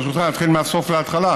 ברשותך אתחיל מהסוף להתחלה,